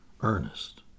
Ernest